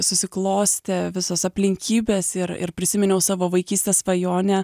susiklostė visos aplinkybės ir ir prisiminiau savo vaikystės svajonę